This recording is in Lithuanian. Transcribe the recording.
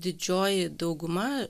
didžioji dauguma